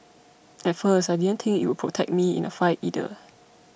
at first I didn't think it would protect me in a fight either